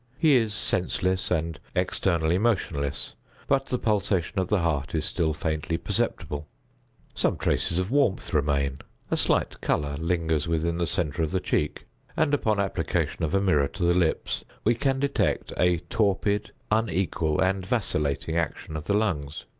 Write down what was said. he is senseless and externally motionless but the pulsation of the heart is still faintly perceptible some traces of warmth remain a slight color lingers within the centre of the cheek and, upon application of a mirror to the lips, we can detect a torpid, unequal, and vacillating action of the lungs.